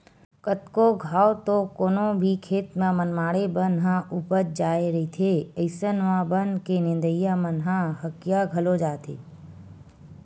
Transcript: कतको घांव तो कोनो भी खेत म मनमाड़े बन ह उपज जाय रहिथे अइसन म बन के नींदइया मन ह हकिया घलो जाथे